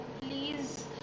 Please